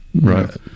Right